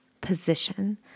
position